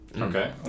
Okay